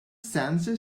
sensor